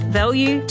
value